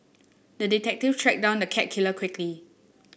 the detective tracked down the cat killer quickly